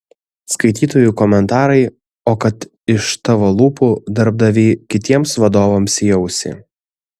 skaitytojų komentarai o kad iš tavo lūpų darbdavy kitiems vadovams į ausį